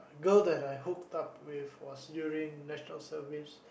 girl that I hooked up with was during National Service